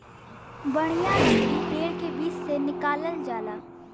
बढ़िया लकड़ी पेड़ के बीच से निकालल जाला